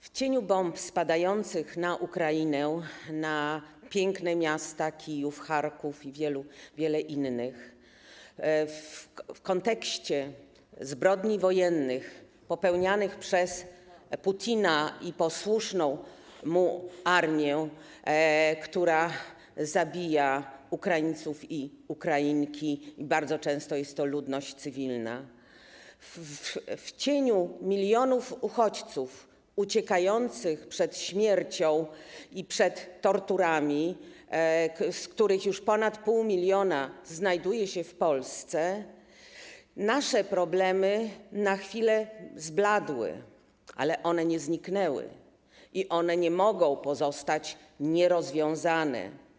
W cieniu bomb spadających na Ukrainę, na piękne miasta: Kijów, Charków i wiele innych, w kontekście zbrodni wojennych popełnianych przez Putina i posłuszną mu armię, która zabija Ukraińców i Ukrainki - i bardzo często jest to ludność cywilna - w cieniu milionów uchodźców uciekających przed śmiercią i przed torturami, z których już ponad pół miliona znajduje się w Polsce, nasze problemy na chwilę zbladły, ale one nie zniknęły i one nie mogą pozostać nierozwiązane.